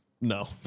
No